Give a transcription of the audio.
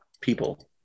people